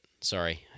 Sorry